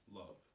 love